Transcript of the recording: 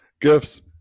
gifts